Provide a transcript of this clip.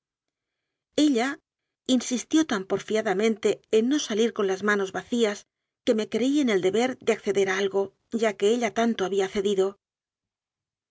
ella insistió tan porfiadamente en no salir con las manos vacías que me creí en el deber de acceder a algo ya que ella tanto había cedido